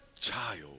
child